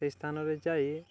ସେ ସ୍ଥାନରେ ଯାଇ